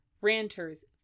ranters